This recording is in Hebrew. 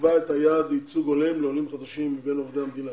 שתקבע את היעד לייצוג הולם לעולים חדשים מבין עובדי המדינה.